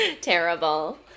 Terrible